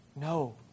no